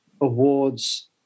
awards